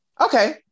okay